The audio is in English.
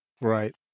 Right